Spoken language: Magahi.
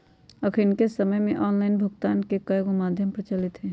अखनिक समय में ऑनलाइन भुगतान के कयगो माध्यम प्रचलित हइ